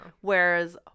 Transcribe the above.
Whereas